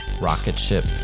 Rocketship